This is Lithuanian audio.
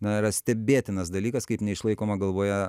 na yra stebėtinas dalykas kaip neišlaikoma galvoje